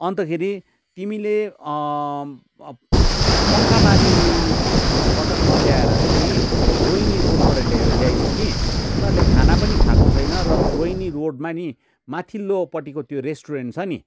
अन्त खेरि तिमीले पङ्खाबारीबाट नल्याएर चाहिँ नि रोहिनी रोडबाट ल्याउ ल्याइदेउ कि उनीहरूले खाना पनि खाएको छैन र रोहिनी रोडमा नि माथिल्लोपट्टिको त्यो रेस्टुरेन्ट छ नि